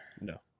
No